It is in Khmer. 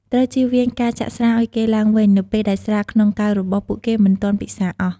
ត្រូវជៀសវាងការចាក់ស្រាឲ្យគេឡើងវិញ នៅពេលដែលស្រាក្នុងកែវរបស់ពួកគេមិនទាន់ពិសារអស់។